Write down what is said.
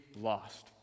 lost